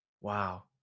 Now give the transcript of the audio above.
Wow